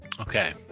okay